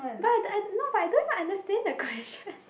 but I I not but I don't even understand the question